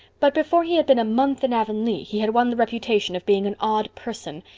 but before he had been a month in avonlea he had won the reputation of being an odd person.